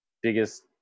biggest –